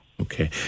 Okay